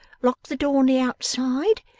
locked the door on the outside,